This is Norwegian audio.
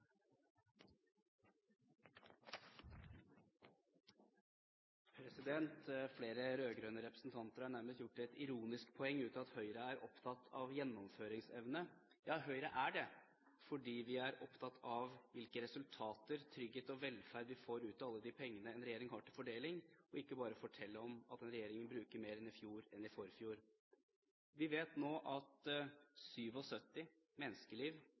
Flere rød-grønne representanter har nærmest gjort et ironisk poeng av at Høyre er opptatt av gjennomføringsevne. Ja, Høyre er det. Vi er opptatt av hvilke resultater og hvilken trygghet og velferd vi får ut av alle de pengene en regjering har til fordeling, ikke bare fortelle om at en regjering brukte mer i fjor enn i forfjor. Vi vet nå at 77 menneskeliv